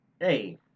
hey